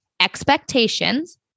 Expectations